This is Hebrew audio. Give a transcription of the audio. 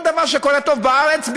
כל דבר שקורה טוב בארץ,